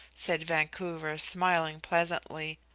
said vancouver, smiling pleasantly.